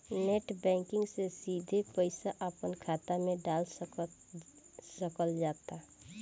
net banking से सिधे पईसा अपना खात मे डाल सकल जाता